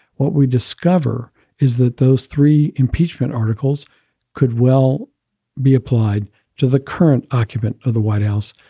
what we discover is that those three impeachment articles could well be applied to the current occupant of the white house.